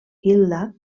hilda